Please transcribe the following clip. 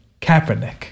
Kaepernick